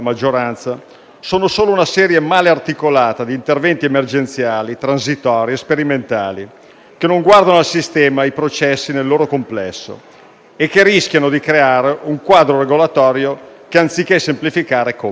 sono solo una serie male articolata di interventi emergenziali, transitori e sperimentali che non guardano al sistema e ai processi nel loro complesso e che rischiano di creare un quadro regolatorio che complica anziché semplificare.